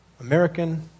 American